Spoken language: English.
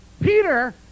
Peter